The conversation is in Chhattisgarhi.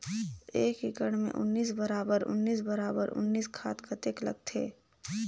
एक एकड़ मे उन्नीस बराबर उन्नीस बराबर उन्नीस खाद कतेक लगथे?